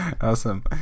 awesome